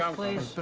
um please? but